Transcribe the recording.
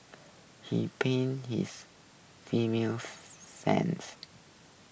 he pain his female fans